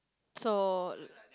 so